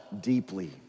deeply